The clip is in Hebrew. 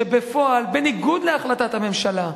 בפועל, בניגוד להחלטת הממשלה.